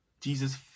Jesus